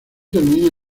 termina